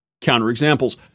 counterexamples